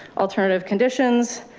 alternative conditions,